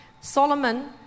Solomon